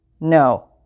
No